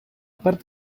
part